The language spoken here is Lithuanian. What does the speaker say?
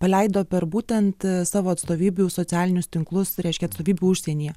paleido per būtent savo atstovybių socialinius tinklus reiškia atstovybių užsienyje